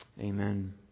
Amen